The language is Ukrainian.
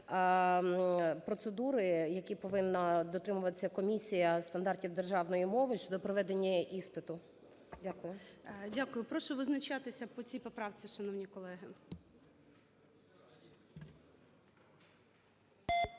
процедури, які повинна дотримуватися комісія стандартів державної мови щодо проведення іспиту. Дякую.